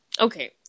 Okay